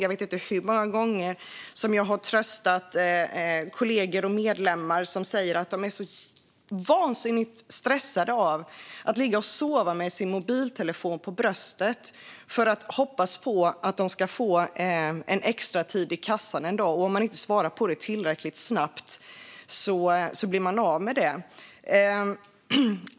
Jag vet inte hur många gånger jag har tröstat kollegor och medlemmar som säger att de är vansinnigt stressade av att behöva ligga och sova med mobiltelefonen på bröstet därför att de hoppas på att få en extratid i kassan nästa dag, och om de inte svarar tillräckligt snabbt går de miste om den.